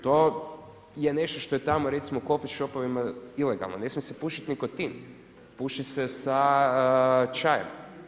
To je nešto što je tamo recimo coffee shopovima ilegalno, ne smije se pušiti nikotin, puši se sa čajem.